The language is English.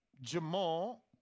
Jamal